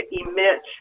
emit